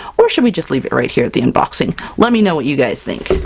or should we just leave it right here at the unboxing? let me know what you guys think!